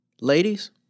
Ladies